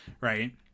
right